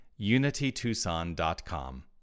unitytucson.com